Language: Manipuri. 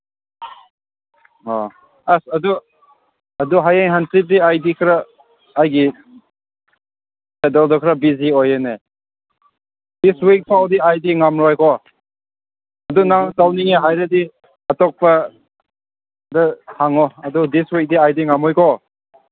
ꯑꯣ ꯑꯁ ꯑꯗꯨ ꯑꯗꯨ ꯍꯌꯦꯡ ꯍꯪꯆꯤꯠꯇꯤ ꯑꯩꯗꯤ ꯈꯔ ꯑꯩꯒꯤ ꯀꯩꯗꯧꯋꯦ ꯈꯔ ꯕꯤꯖꯤ ꯑꯣꯏꯌꯦꯅꯦ ꯗꯤꯁ ꯋꯤꯛ ꯐꯥꯎꯕꯗꯤ ꯑꯩꯗꯤ ꯉꯝꯃꯔꯣꯏꯀꯣ ꯑꯗꯨ ꯅꯪ ꯇꯧꯅꯤꯡꯉꯦ ꯍꯥꯏꯔꯗꯤ ꯑꯇꯣꯞꯄꯗ ꯍꯪꯉꯣ ꯑꯗꯨ ꯗꯤꯁ ꯋꯤꯛꯇꯤ ꯑꯩꯗꯤ ꯉꯝꯃꯣꯏꯀꯣ